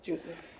Dziękuję.